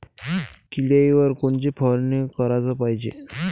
किड्याइवर कोनची फवारनी कराच पायजे?